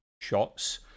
shots